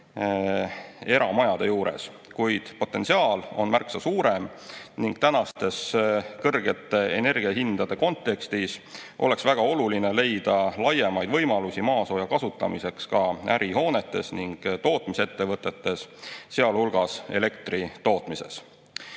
eramajade puhul, kuid potentsiaal on märksa suurem. Kõrgete energiahindade kontekstis oleks väga oluline leida laiemaid võimalusi maasoojuse kasutamiseks ka ärihoonetes ning tootmisettevõtetes, sealhulgas elektri tootmises.